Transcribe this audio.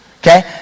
Okay